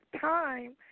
time